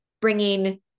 bringing